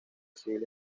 civil